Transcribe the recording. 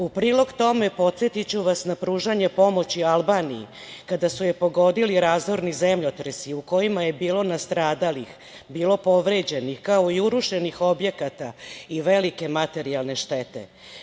U prilog tome podsetiću vas na pružanje pomoći Albaniji, kada su je pogodili razorni zemljotresi u kojima je bilo nastradalih, povređenih, kao i urušenih objekata i velike materijalne štete.